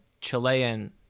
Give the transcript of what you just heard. Chilean